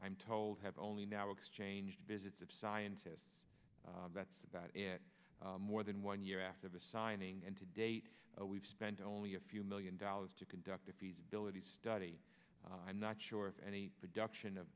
i'm told have only now exchanged visits of scientists that's about it more than one year after the signing and to date we've spent only a few million dollars to conduct a feasibility study i'm not sure if any production of